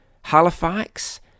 Halifax